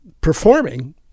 performing